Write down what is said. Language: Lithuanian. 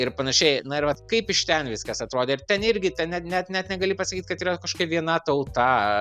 ir panašiai na ir vat kaip iš ten viskas atrodė ir ten irgi ten net net net negali pasakyt kad yra kažkokia viena tauta